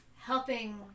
helping